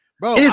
bro